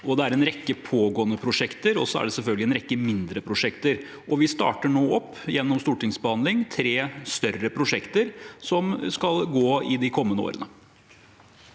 Det er en rekke pågående prosjekter, og så er det selvfølgelig en rekke mindre prosjekter. Vi starter gjennom stortingsbehandling nå opp tre større prosjekter som skal gå i de kommende årene.